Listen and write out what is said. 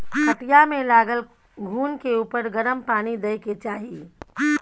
खटिया मे लागल घून के उपर गरम पानि दय के चाही